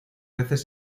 veces